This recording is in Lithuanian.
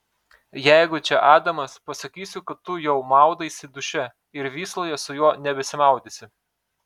jeigu čia adamas pasakysiu kad tu jau maudaisi duše ir vysloje su juo nebesimaudysi